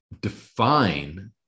define